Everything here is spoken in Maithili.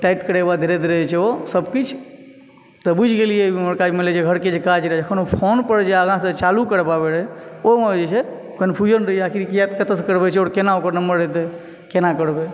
ओ टाइट करयके बाद धीरे धीरे जे छै ओ सभ किछु तऽ बुझि गेलियै इम्हुरका मानि लिअ जे घरके जे काज रहै कखनो फोन पर जे आगासँ जे चालू करबाबऽ रहै ओहिमे जे छै कन्फ्यूजन रहियै आखिर किआ कतयसँ करबैत छै आओर केना ओकर नम्बर एतय केना करबै